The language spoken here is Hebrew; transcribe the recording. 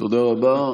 תודה רבה.